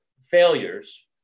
failures